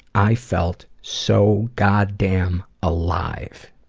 i felt so god damned alive.